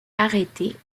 arrêtées